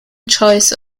choice